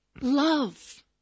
love